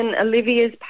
Olivia's